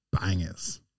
bangers